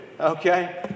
Okay